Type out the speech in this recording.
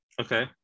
Okay